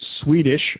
Swedish